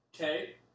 Okay